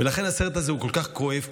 ולכן הסרט הזה הוא כל כך כואב.